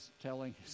telling